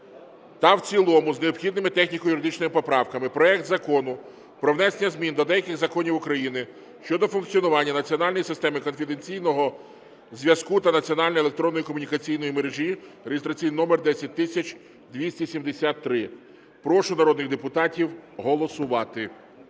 та в цілому з необхідними техніко-юридичними поправками проект Закону про внесення змін до деяких законів України щодо функціонування Національної системи конфіденційного зв'язку та Національної електронної комунікаційної мережі (реєстраційний номер 10273). Прошу народних депутатів голосувати.